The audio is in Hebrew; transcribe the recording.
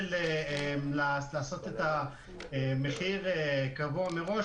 של לעשות את המחיר קבוע מראש.